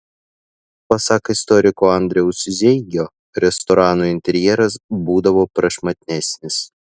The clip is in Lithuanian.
pasak istoriko andriaus zeigio restoranų interjeras būdavo prašmatnesnis